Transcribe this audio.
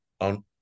on